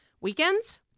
weekends